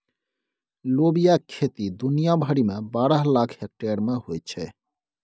लोबियाक खेती दुनिया भरिमे बारह लाख हेक्टेयर मे होइत छै